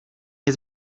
nie